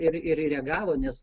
ir ir ji reagavo nes